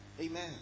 Amen